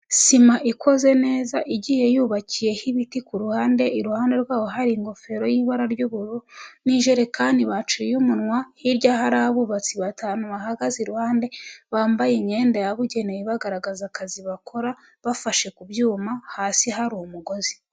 Sima ikoze neza igiye yubakiyeho ibiti ku ruhande iruhande rwaho hari ingofero y'ibara ry'ubururu n'ijerekani baciye umunwa, hirya hari abubatsi batanu bahagaze iruhande bambaye imyenda yabugenewe bagaragaza akazi bakora bafashe ku byuma hasi hari umugozi.